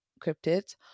cryptids